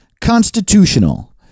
constitutional